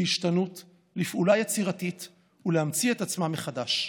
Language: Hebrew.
להשתנות, לפעולה יצירתית ולהמציא את עצמה מחדש.